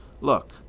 Look